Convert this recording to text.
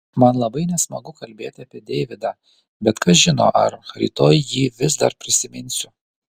man labai nesmagu kalbėti apie deividą bet kas žino ar rytoj jį vis dar prisiminsiu